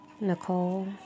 Nicole